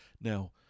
Now